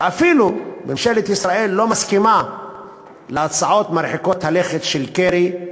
וממשלת ישראל אפילו לא מסכימה להצעות מרחיקות הלכת של קרי,